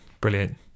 brilliant